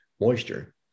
moisture